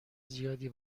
زیادی